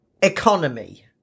Economy